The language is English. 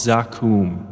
Zakum